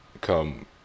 come